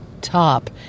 top